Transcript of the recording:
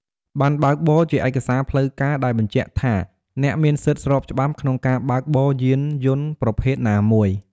ប័ណ្ណបើកបរ ជាឯកសារផ្លូវការដែលបញ្ជាក់ថាអ្នកមានសិទ្ធិស្របច្បាប់ក្នុងការបើកបរយានយន្តប្រភេទណាមួយ។